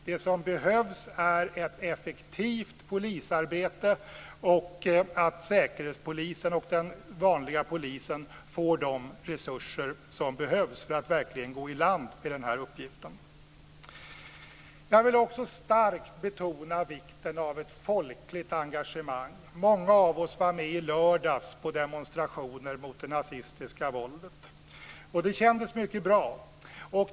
Det som behövs är ett effektivt polisarbete och att säkerhetspolisen och den vanliga polisen får de resurser som behövs för att verkligen gå i land med den här uppgiften. Jag vill också starkt betona vikten av ett folkligt engagemang. Många av oss var med i lördags på demonstrationer mot det nazistiska våldet. Det kändes mycket bra.